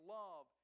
love